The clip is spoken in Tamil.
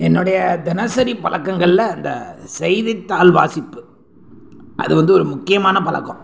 என்னுடைய தினசரி பழக்கங்கள்ல அந்த செய்தித்தாள் வாசிப்பு அது வந்து ஒரு முக்கியமான பழக்கம்